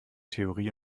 theorie